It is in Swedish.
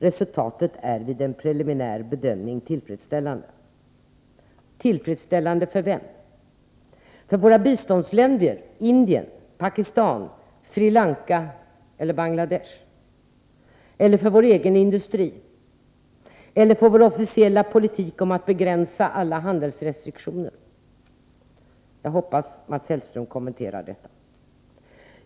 Resultatet är vid en preliminär bedömning tillfredsställande. För vem är det tillfredsställande? Är det tillfredsställande för våra biståndsländer Indien, Pakistan, Sri Lanka och Bangladesh, för vår egen industri eller för vår officiella politik om att begränsa alla handelsrestriktioner? Jag hoppas att Mats Hellström vill kommentera detta.